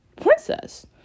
princess